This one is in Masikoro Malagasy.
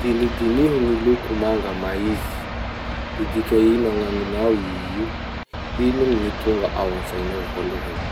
Dinidiniho gny loko manga maizy. Midika ino gn'aminao io? Ino gny tonga antsainao voalohany?